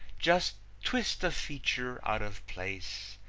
just twist a feature out of place,